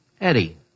Eddie